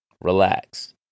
relax